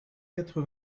quatre